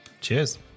Cheers